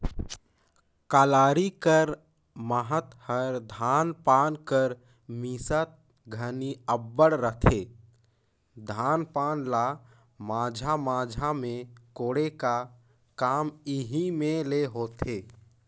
कलारी कर महत हर धान पान कर मिसात घनी अब्बड़ रहथे, धान पान ल माझा माझा मे कोड़े का काम एही मे ले होथे